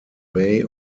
bay